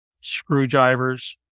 Screwdrivers